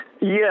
Yes